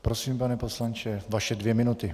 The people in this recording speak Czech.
Prosím, pane poslanče, vaše dvě minuty.